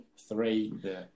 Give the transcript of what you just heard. three